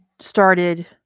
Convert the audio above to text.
started